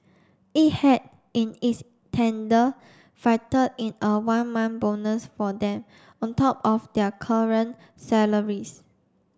it had in its tender factored in a one month bonus for them on top of their current salaries